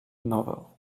novel